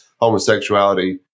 homosexuality